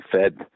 fed